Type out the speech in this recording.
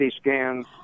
scans